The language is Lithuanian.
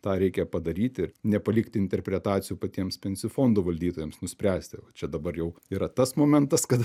tą reikia padaryti nepalikti interpretacijų patiems pensijų fondų valdytojams nuspręsti čia dabar jau yra tas momentas kada